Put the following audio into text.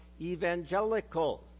evangelical